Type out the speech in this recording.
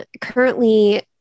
currently